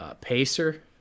Pacer